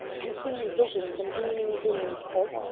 i'm seeing visions and dreaming dreams, pris.